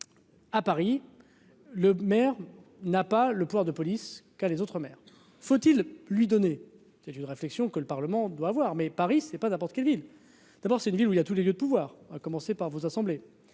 à Paris, le maire n'a pas le pouvoir de police, quand les autres maires, faut-il lui donner, c'est une réflexion que le Parlement doit avoir, mais Paris ce n'est pas n'importe quelle ville d'abord c'est une ville où il y a tous les lieux de pouvoir, à commencer par votre assemblée